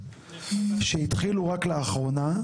שהתחילו רק לאחרונה.